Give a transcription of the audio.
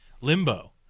Limbo